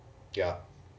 ya